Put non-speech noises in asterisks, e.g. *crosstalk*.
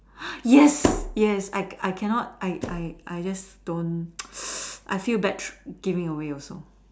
*breath* yes yes I can I cannot I I I just don't *noise* I feel bad true giving away also